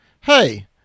hey